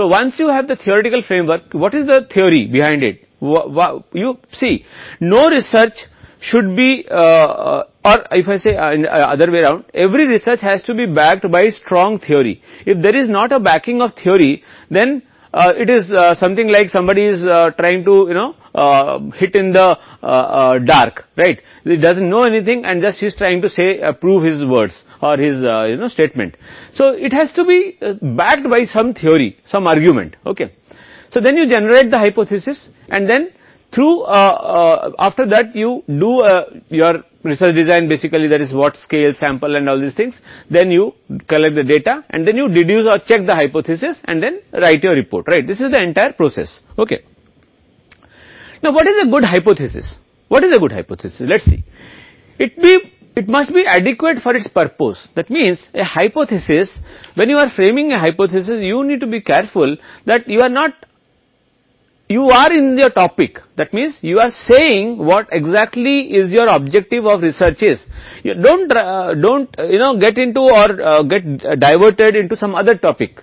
तो एक बार जब आप सैद्धांतिक फ्रेम वर्क करते हैं तो इसके पीछे क्या सिद्धांत है हर शोध के आसपास अन्य तरीके को मजबूत सिद्धांत द्वारा समर्थित होना चाहिए अगर सिद्धांत का समर्थन नहीं है तो यह ऐसा है जैसे कोई अंधेरे में मारने की कोशिश कर रहा है और बस वह यह साबित करने की कोशिश कर रहा है कि एक शब्द है या वह कथन है इसलिए इसे कुछ सिद्धांत द्वारा समर्थित किया जाना चाहिए कुछ तर्क ठीक है तो आप आम तौर पर परिकल्पना और उसके नमूना के माध्यम से आप मूल रूप से अनुसंधान डिजाइन करते हैं और ये सभी चीजें तब आप डेटा एकत्र करते हैं और फिर आप परिकल्पना की कटौती या जांच करते हैं और फिर अपनी रिपोर्ट लिखें यह प्रक्रिया है एक अच्छी परिकल्पना क्या है यह देखने के लिए पर्याप्त होना चाहिए कि यह उद्देश्य के लिए पर्याप्त है परिकल्पना जब आप एक परिकल्पना तैयार कर रहे हैं तो आपको सावधान रहने की आवश्यकता है कि वास्तव में अनुसंधान का उद्देश्य क्या है